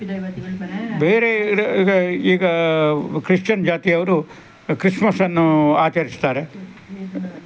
ಬೇರೆ ಈಗ ಈಗ ಕ್ರಿಶ್ಚನ್ ಜಾತಿಯವರು ಕ್ರಿಸ್ಮಸನ್ನು ಆಚರಿಸ್ತಾರೆ